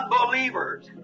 unbelievers